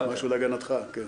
משהו להגנתך...